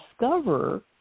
discover